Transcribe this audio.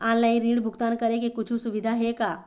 Online ऋण भुगतान करे के कुछू सुविधा हे का?